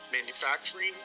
manufacturing